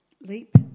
leap